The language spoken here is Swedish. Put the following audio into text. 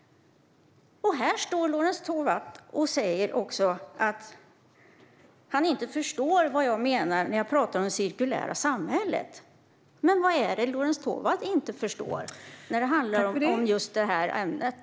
Här står Lorentz Tovatt och säger att han inte förstår vad jag menar när jag talar om det cirkulära samhället. Vad är det Lorentz Tovatt inte förstår när det handlar om just det ämnet?